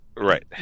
Right